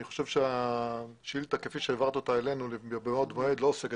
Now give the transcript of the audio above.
אני חושב שהשאילתה כפי שהעברת אותה אלינו בעוד מועד לא עוסקת